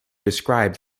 describe